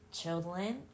children